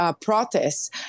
protests